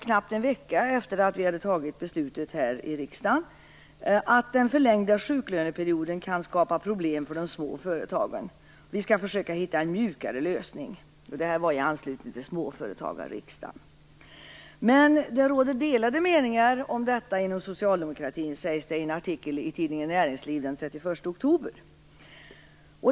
Knappt en vecka efter att riksdagen fattat beslutet sade han att den förlängda sjuklöneperioden kan skapa problem för de små företagen och att vi skall försöka hitta en mjukare lösning. Detta sade han i anslutning till småföretagarriksdagen. Men det råder delade meningar om detta inom socialdemokratin, sägs det i en artikel i tidningen Näringsliv den 31 oktober.